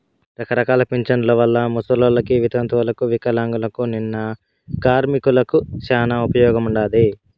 రకరకాల పింఛన్ల వల్ల ముసలోళ్ళకి, వితంతువులకు వికలాంగులకు, నిన్న కార్మికులకి శానా ఉపయోగముండాది